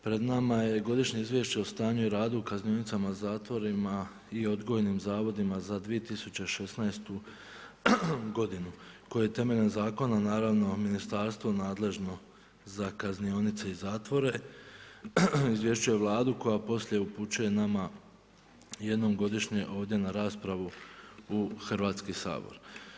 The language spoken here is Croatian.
Pred nama je godišnje izvješće o stanju i radu i kaznionicama, zatvorima i odgojnim zavodima za 2016. godinu koje je temeljem zakona naravno, Ministarstvo nadležno za kaznionice i zatvore izvješćuje Vladu koja poslije upućuje nama jednom godišnje ovdje na raspravu u Hrvatski sabor.